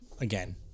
Again